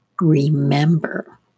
Remember